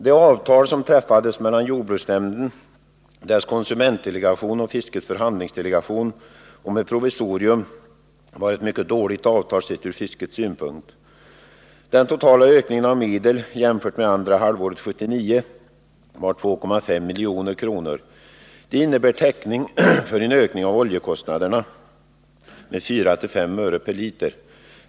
Det avtal som träffades mellan jordbruksnämnden, dess konsumentdelegation och fiskets förhandlingsdelegation om ett provisorium var ett mycket dåligt avtal, sett ur fiskets synpunkt. Den totala ökningen av medel jämfört med andra halvåret 1979 var 2,5 milj.kr. Det innebär täckning för en ökning av oljekostnaderna med 4-5 öre per liter.